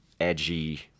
edgy